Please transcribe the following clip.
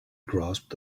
grasped